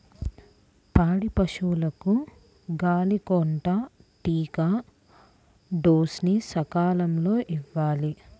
పాడి పశువులకు గాలికొంటా టీకా డోస్ ని సకాలంలో ఇవ్వాలి